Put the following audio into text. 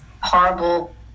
horrible